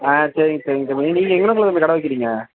ஆ சரிங்க சரிங்க தம்பி நீங்கள் இங்கே எங்கேனக்குள்ள தம்பி கடை வைக்கிறீங்க